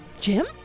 Jim